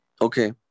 okay